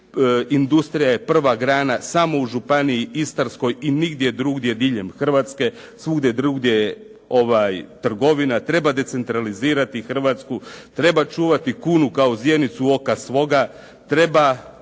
industrija je druga grana samo u županiji Istarskoj nigdje diljem Hrvatske svugdje drugdje je trgovina, treba decentralizirati Hrvatsku, treba čuvati kunu kao zjenicu oka svoga, treba